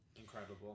Incredible